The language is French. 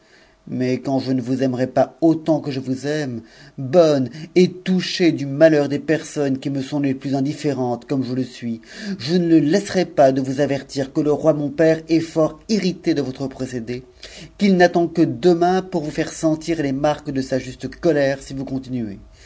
mais quand je ne vous s pas autant que je vous aink bonne et touchée du malheur des personnes qui me sont le plus indifférentes comme je le suis je ne fa serais pas de vous avertir que le roi mon père est fort irrité de votre n cédé qu'il n'attend que demain pour vous faire sentir les marques de s juste colère si vous continuez